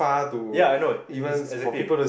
yeah I know exa~ exactly